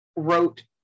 Wrote